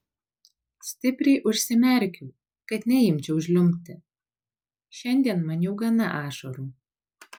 stipriai užsimerkiau kad neimčiau žliumbti šiandien man jau gana ašarų